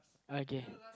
okay